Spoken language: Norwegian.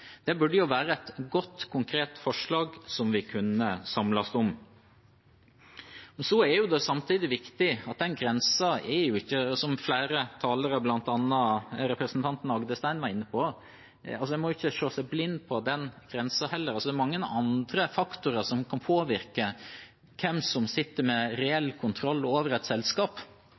Det burde være et godt, konkret forslag som vi kunne samles om. Så er det samtidig viktig – som flere talere, bl.a. representanten Rodum Agdestein, var inne på – at en ikke må se seg blind på den grensen heller. Det er mange andre faktorer som kan påvirke hvem som sitter med reell kontroll over et selskap,